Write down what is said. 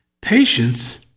Patience